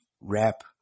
rap